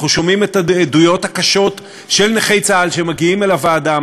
אנחנו שומעים את העדויות הקשות של נכי צה"ל שמגיעים לוועדה,